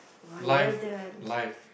[wah] you